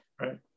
Right